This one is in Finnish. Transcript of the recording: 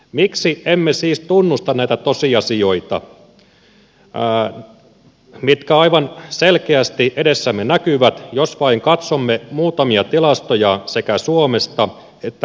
miksi emme siis tunnusta näitä tosiasioita mitkä aivan selkeästi edessämme näkyvät jos vain katsomme muutamia tilastoja sekä suomesta että eu alueelta